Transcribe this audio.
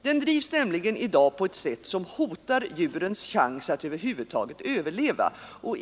Den drivs nämligen i dag på ett sätt som hotar djurens chans att över huvud taget överleva.